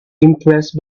impressed